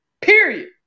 Period